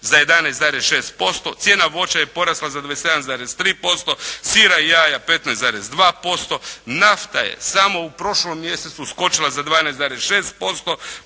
za 11,6%, cijena voća je porasla za 27,3%, sira i jaja 15,2%, nafta je samo u prošlom mjesecu skočila za 12,6%,